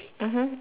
mmhmm